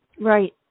Right